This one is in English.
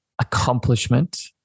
accomplishment